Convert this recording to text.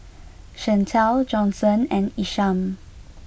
Shantel Johnson and Isham